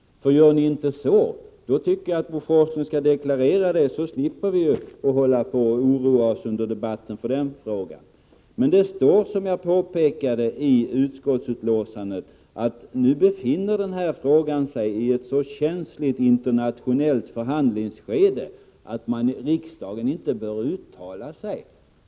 Om ni inte skall göra det tycker jag att Bo Forslund skall deklarera det, så att vi slipper oroa oss under debatten. Det står i utskottets betänkande, som jag påpekade, att ”avgasreningsfrågan befinner sig i ett känsligt internationellt förhandlingsskede” och att riksdagen därför inte bör uttala sig.